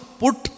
put